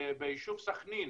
שביישוב סכנין